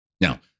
Now